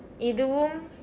இதுவும்:ithuvum